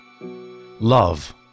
Love